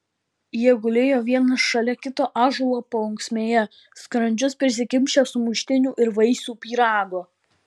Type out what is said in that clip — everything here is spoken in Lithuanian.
jie gulėjo vienas šalia kito ąžuolo paunksmėje skrandžius prisikimšę sumuštinių ir vaisių pyrago